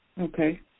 Okay